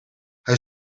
hij